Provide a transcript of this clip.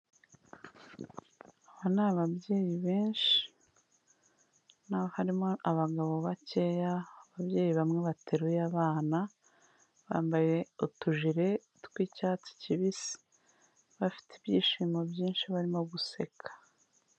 Aba ni ababyeyi benshi, harimo abagabo bakeya, ababyeyi bamwe bateruye abana bambaye utujeri tw'icyatsi kibisi, bafite ibyishimo byinshi barimo guseka.